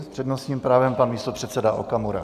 S přednostním právem pan místopředseda Okamura.